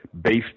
based